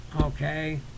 Okay